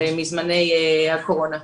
מזמני הקורונה.